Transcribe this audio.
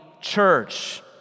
church